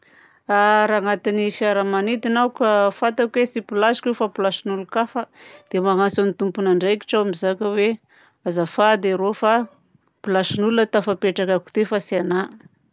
Raha agnatin'ny firamanidina aho ka fantako hoe tsy place-ko io fa placen'olon-kafa, dia magnantso ny tomponandraikitra aho mizaka hoe azafady arô fa placen'ologna tafapetrakako ty fa tsy anahy.